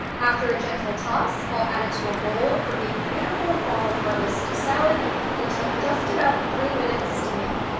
after a gentle toss, i'll add it to a bowl for a beautiful fall harvest salad that took just about three minutes to make.